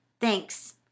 Thanks